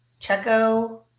Checo